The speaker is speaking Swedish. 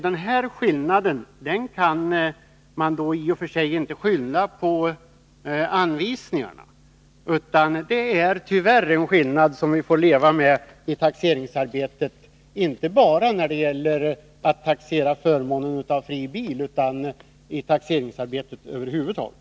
Den här skillnaden kan man då i och för sig inte skylla på anvisningarna, utan det är tyvärr en skillnad som vi får leva med i taxeringsarbetet, inte bara när det gäller att taxera förmånen av fri bil utan i taxeringsarbetet över huvud taget.